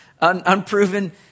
unproven